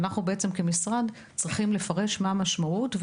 ואנחנו בעצם כמשרד צריכים לפרש מה המשמעות של זה